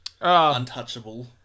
untouchable